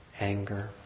anger